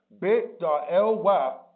bit.ly